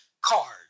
card